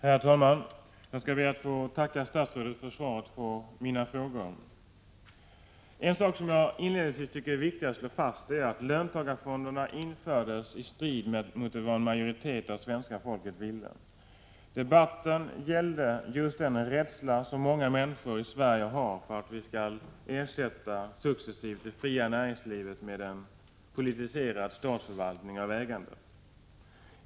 Herr talman! Jag skall be att få tacka statsrådet för svaret på mina frågor. Jag vill inledningsvis säga att jag tycker att det är viktigt att slå fast att löntagarfonderna infördes i strid mot vad en majoritet av svenska folket ville. Debatten gällde just den rädsla som många människor i Sverige har för att vi successivt skall ersätta det fria näringslivet med en politiserad statsförvaltning av ägandet.